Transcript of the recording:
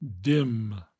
dim